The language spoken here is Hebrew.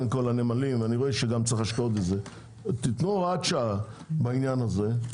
הנמלים - תנו הוראת שעה בעניין הזה.